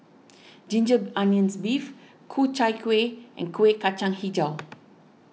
Ginger Onions Beef Ku Chai Kuih and Kueh Kacang HiJau